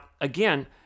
again